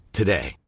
today